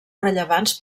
rellevants